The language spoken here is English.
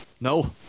no